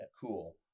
Cool